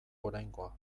oraingoa